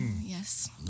Yes